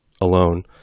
alone